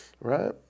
right